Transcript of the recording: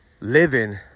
living